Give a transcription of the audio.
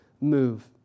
move